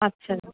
আচ্ছা